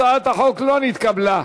הצעת החוק לא נתקבלה.